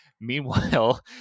meanwhile